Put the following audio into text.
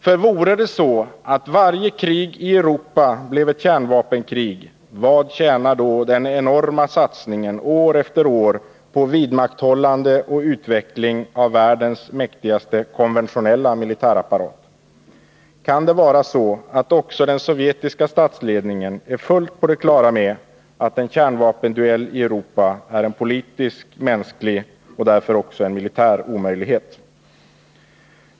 För vore det så att varje krig i Europa blev ett kärnvapenkrig — vartill tjänar då den enorma satsningen år efter år på vidmakthållande och utveckling av världens mäktigaste konventionella militärapparat? Kan det vara så att också den sovjetiska statsledningen är fullt på det klara med att en kärnvapenduell i Europa är en politisk, mänsklig och därför också militär omöjlighet?